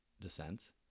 descent